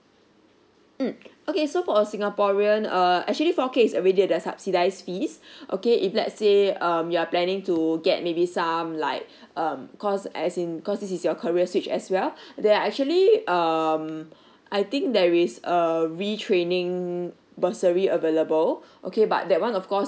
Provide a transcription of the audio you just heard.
mm okay so for a singaporean uh actually four K subsidize fees okay if let's say um you are planning to get maybe some like um cause as in cause this is your career switch as well there are actually um I think there is err re training bursary available okay but that one of course